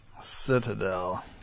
Citadel